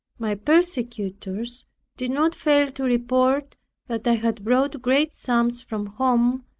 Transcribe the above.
my persecutors did not fail to report that i had brought great sums from home,